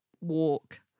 walk